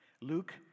Luke